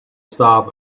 stop